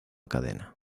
cadena